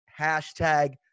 hashtag